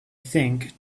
think